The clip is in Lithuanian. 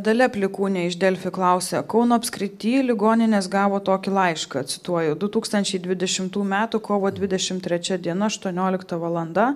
dalia plikūnė iš delfi klausė kauno apskrity ligoninės gavo tokį laišką cituoju du tūkstančiai dvidešimtų metų kovo dvidešimt trečia diena aštuoniolikta valanda